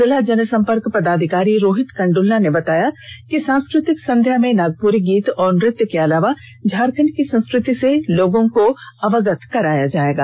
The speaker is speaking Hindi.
जिला जनसंपर्क पदाधिकारी रोहित कंडलना ने बताया कि सांस्कृतिक संध्या में नागपुरी गीत और नृत्य के अलावा झारखण्ड की संस्कृति से लोगों को अवगत कराया जाएगा